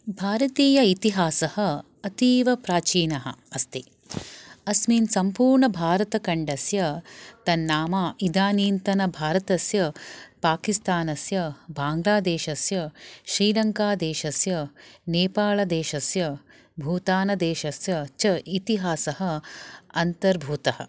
भारतीयइतिहासः अतीव प्राचीनः अस्ति अस्मिन् सम्पूर्णभारतखण्डस्य तन्नाम इदानींतन भारतस्य पाकिस्तानस्य बाङ्ग्लादेशस्य श्रीलङ्कादेशस्य नेपाळदेशस्य भूतानदेशस्य च इतिहासः अन्तर्भूतः